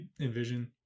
envision